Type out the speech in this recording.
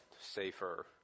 safer